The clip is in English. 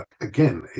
again